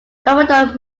commodore